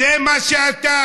זה מה שאתה,